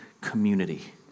community